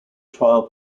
trial